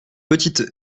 petites